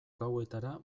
gauetara